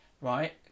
right